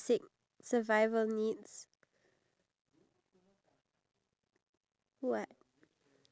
but I just find it sad that in singapore that due to the um